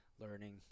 learning